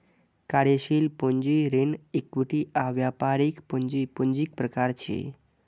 कार्यशील पूंजी, ऋण, इक्विटी आ व्यापारिक पूंजी पूंजीक प्रकार छियै